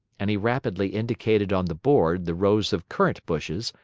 and he rapidly indicated on the board the rows of currant bushes,